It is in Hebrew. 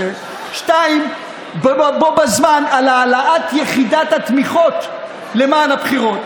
ובו בזמן על העלאת יחידת התמיכות למען הבחירות.